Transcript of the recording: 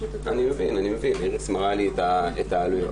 אני מבין, איריס מראה לי את העלויות.